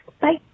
Bye